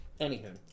Anywho